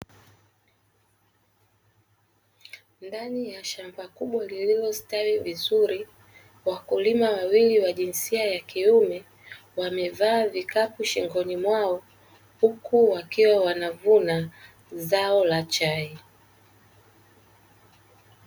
Ndani ya shamba kubwa lililostawi vizuri ,wakulima wawili wa jinsia ya kiume wamevaa vikapu shingoni mwao huku wakiwa wanavuna zao la chai.